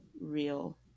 real